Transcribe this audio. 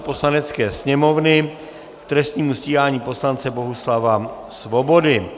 Poslanecké sněmovny k trestnímu stíhání poslance Bohuslava Svobody